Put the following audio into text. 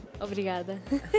Obrigada